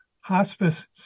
hospice